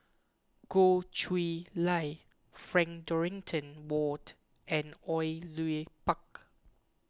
Goh Chiew Lye Frank Dorrington Ward and Au Yue Pak